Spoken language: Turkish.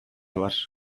var